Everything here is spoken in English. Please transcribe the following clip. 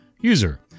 User